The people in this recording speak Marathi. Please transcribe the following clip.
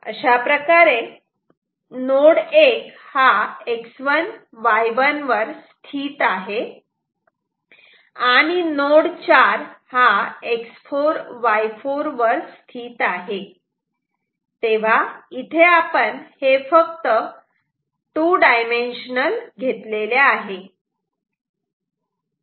अशाप्रकारे नोड 1 हा X1 Y1 वर स्थित आहे आणि नोड 4 हा X4Y4 वर स्थित आहे तेव्हा इथे आपण हे फक्त 2 डायमेन्शनल घेतलेले आहे